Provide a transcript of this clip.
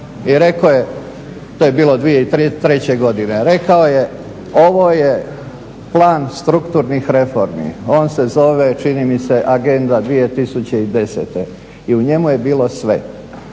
i rekao je, to je bilo 2003. godine. Rekao je ovo je plan strukturnih reformi, on se zove čini mi se Agenda 2010. i u njemu je bilo sve.